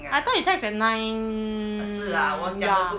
I thought you text at nine ya